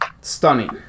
stunning